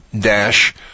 dash